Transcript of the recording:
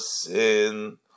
sin